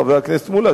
חבר הכנסת מולה,